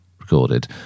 recorded